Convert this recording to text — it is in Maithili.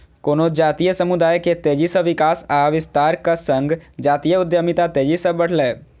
कोनो जातीय समुदाय के तेजी सं विकास आ विस्तारक संग जातीय उद्यमिता तेजी सं बढ़लैए